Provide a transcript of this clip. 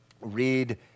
read